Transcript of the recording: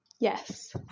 Yes